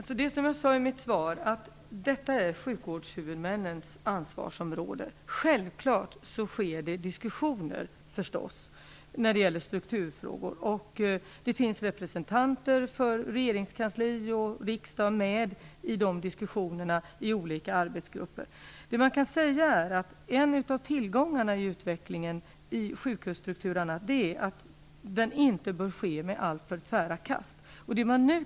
Fru talman! Som jag sade i mitt svar är detta sjukvårdshuvudmännens ansvarsområde. Självklart förs det diskussioner i strukturfrågor, och det finns representanter för regeringskansli och riksdag med i dessa diskussioner i olika arbetsgrupper. En tillgång i utvecklingen av sjukvårdsstrukturen är att den inte sker i alltför tvära kast.